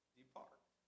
depart